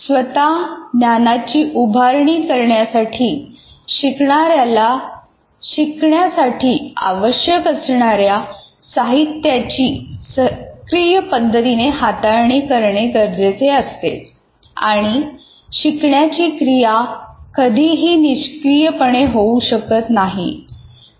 स्वतः ज्ञानाची उभारणी करण्यासाठी शिकणाऱ्याला शिकण्यासाठी आवश्यक असणाऱ्या साहित्याची सक्रिय पद्धतीने हाताळणी करणे गरजेचे असते आणि शिकण्याची क्रिया कधीही ही निष्क्रिय पणे होऊ शकत नाही